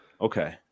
Okay